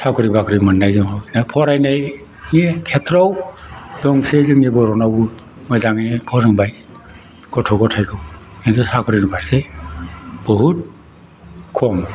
साख'रि बाख'रि मोननाय दङ दा फरायनायनि खेथ्र'आव दंसै जों नि बर'नावबो मोजांयैनो फोरोंबाय गथ'गथाइखौ खिन्थु साख'रिनि फारसे बहुद खम